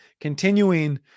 continuing